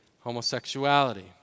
homosexuality